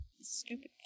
stupid